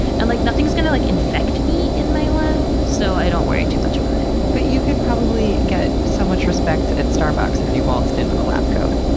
and like nothing is going to, like, infect me in my lab. so, i don't worry too much about it. but you could probably get so much respect at starbucks if you waltzed in with a lab coat,